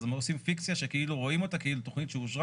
אבל הם עושים פיקציה כאילו רואים אותה כתכנית שאושרה